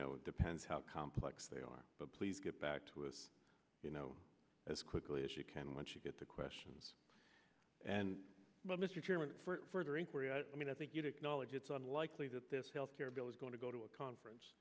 know it depends how complex they are but please get back to us you know as quickly as you can once you get the questions and mr chairman i mean i think you'd acknowledge it's unlikely that this health care bill is going to go to a conference